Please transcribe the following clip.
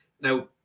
Now